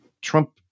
Trump